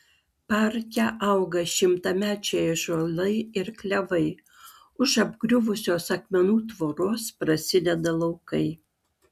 parke auga šimtamečiai ąžuolai ir klevai už apgriuvusios akmenų tvoros prasideda laukai